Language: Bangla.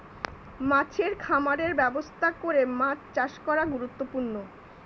মাছের খামারের ব্যবস্থা করে মাছ চাষ করা গুরুত্বপূর্ণ